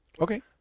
Okay